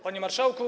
Panie Marszałku!